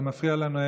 זה מפריע לנו.